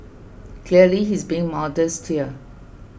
clearly he's being modest here